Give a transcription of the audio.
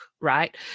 right